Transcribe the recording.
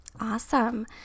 Awesome